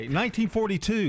1942